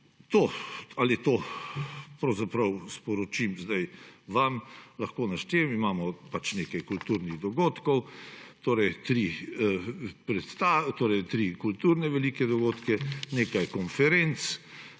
To. Ali to sporočim zdaj vam, lahko naštevam, imamo pač nekaj kulturnih dogodkov: tri kulturne velike dogodke, nekaj konferenc.